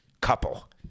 couple